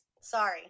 Sorry